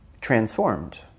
transformed